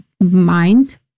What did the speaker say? mind